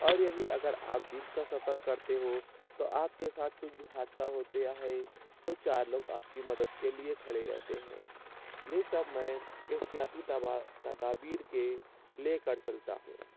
اور یہی اگر آپ دن کا سفر کرتے ہو تو آپ کے ساتھ کچھ بھی حادثہ ہو گیا ہے تو چار لوگ آپ کی مدد کے لیے کھڑے رہتے ہیں یہ سب میں احتیاطی تبا تدابیر کے لے کر چلتا ہوں